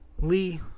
Lee